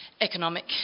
economic